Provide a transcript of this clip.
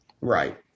Right